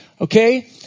Okay